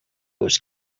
was